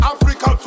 Africa